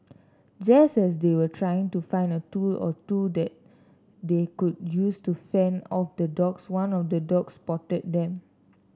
just as they were trying to find a tool or two that they could use to fend off the dogs one of the dogs spotted them